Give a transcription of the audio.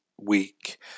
week